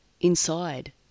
inside